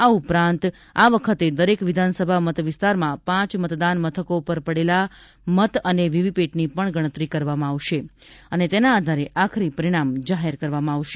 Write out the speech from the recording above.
આ ઉપરાંત આ વખતે દરેક વિધાનસભા મતવિસ્તારમાં પાંચ મતદાન મથકો પર પડેલા મત અને વીવીપેટની પણ ગણતરી કરવામાં આવશે અને તેના આધારે આખરી પરિણામ જાહેર કરવામાં આવશે